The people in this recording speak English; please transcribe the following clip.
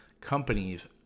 companies